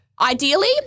ideally